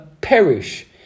perish